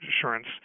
insurance